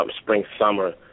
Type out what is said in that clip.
spring-summer